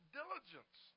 diligence